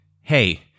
hey